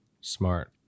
smart